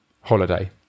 holiday